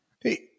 Hey